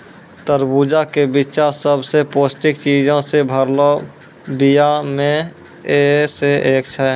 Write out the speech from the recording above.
तरबूजा के बिच्चा सभ से पौष्टिक चीजो से भरलो बीया मे से एक छै